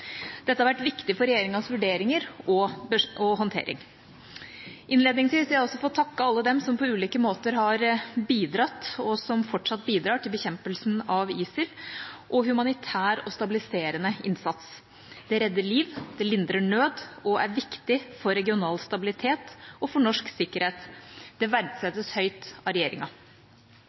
Dette har vært viktig for regjeringas vurderinger og håndtering. Innledningsvis vil jeg også få takke alle dem som på ulike måter har bidratt og som fortsatt bidrar til bekjempelsen av ISIL og humanitær og stabiliserende innsats. Det redder liv, det lindrer nød og er viktig for regional stabilitet og for norsk sikkerhet. Det verdsettes høyt av regjeringa.